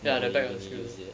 ya the back of the school